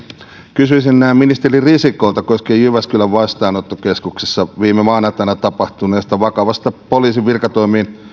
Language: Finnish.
kysyisin ministeri risikolta koskien jyväskylän vastaanottokeskuksessa viime maanantaina tapahtunutta vakavaa poliisin virkatoimiin